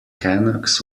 canucks